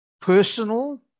personal